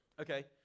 Okay